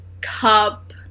cup